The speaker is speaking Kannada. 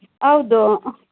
ಹೌದು